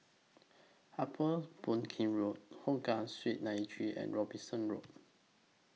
Upper Boon Keng Road Hougang Street nine three and Robinson Road